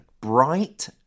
bright